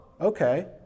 okay